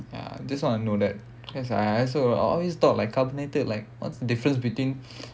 ya this [one] I know that that's why I also always thought like carbonated like what's the difference between